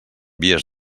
vies